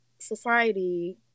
society